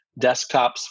desktops